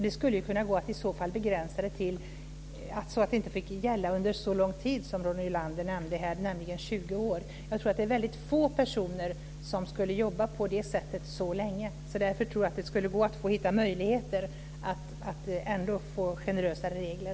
Det skulle i så fall kunna gå att begränsa det så att det inte fick gälla under så lång tid, som Ronny Olander nämnde, nämligen 20 år. Jag tror att det är få personer som jobbar på det sättet så länge. Därför skulle det gå att hitta möjligheter att få generösa regler.